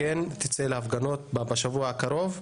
כן תצא להפגנות בשבוע הקרוב,